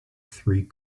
three